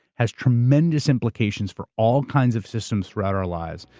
has tremendous implications for all kinds of systems throughout our lives,